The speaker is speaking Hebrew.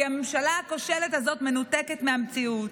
כי הממשלה הכושלת הזאת מנותקת מהמציאות.